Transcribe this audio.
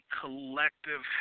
collective